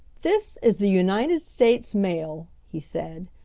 this is the united states mail, he said.